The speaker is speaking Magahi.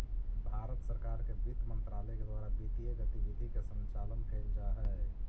भारत सरकार के वित्त मंत्रालय के द्वारा वित्तीय गतिविधि के संचालन कैल जा हइ